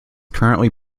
currently